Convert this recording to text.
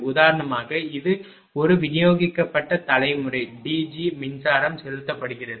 உதாரணமாக இது ஒரு விநியோகிக்கப்பட்ட தலைமுறை DG மின்சாரம் செலுத்தப்படுகிறது